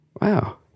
Wow